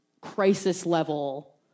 crisis-level